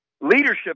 leadership